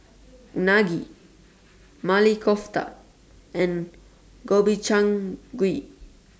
Unagi Maili Kofta and Gobchang Gui